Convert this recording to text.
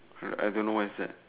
I don't know what is that